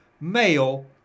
male